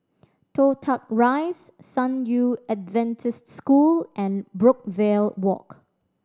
Toh Tuck Rise San Yu Adventist School and Brookvale Walk